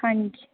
हांजी